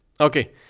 okay